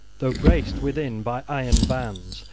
though braced within by iron bands,